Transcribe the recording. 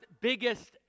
biggest